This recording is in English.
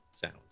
sound